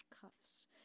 cuffs